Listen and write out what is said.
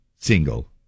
single